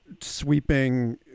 sweeping